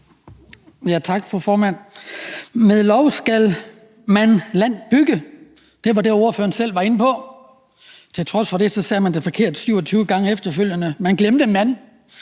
Med lov skal man land bygge. Det var det, ordføreren selv var inde på. Til trods for det sagde man det forkert 27 gange efterfølgende. Man glemte »man«.